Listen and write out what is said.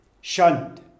shunned